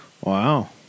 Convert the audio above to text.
Wow